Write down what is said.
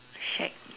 shag